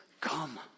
come